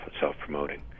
self-promoting